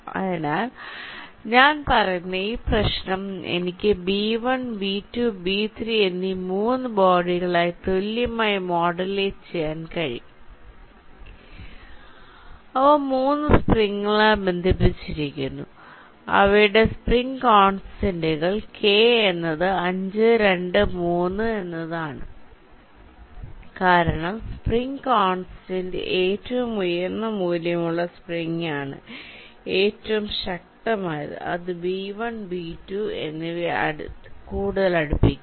അതിനാൽ ഞാൻ പറയുന്നത് ഈ പ്രശ്നം എനിക്ക് B1 B2 B3 എന്നീ മൂന്ന് ബോഡികളായി തുല്യമായി മോഡുലേറ്റ് ചെയ്യാൻ കഴിയും അവ മൂന്ന് സ്പ്രിങ്ങുകളാൽ ബന്ധിപ്പിച്ചിരിക്കുന്നു അവയുടെ സ്പ്രിംഗ് കോൺസ്റ്റന്റുകൾ കെ എന്നത് 5 2 3 എന്നത് ആണ് കാരണം സ്പ്രിങ് കോൺസ്റ്റന്റ് ഏറ്റവും ഉയർന്ന മൂല്യമുള്ള സ്പ്രിങ് ആണ് ഏറ്റവും ശക്തമായത് അത് ബി 1 ബി 2 എന്നിവയെ കൂടുതൽ അടുപ്പിക്കും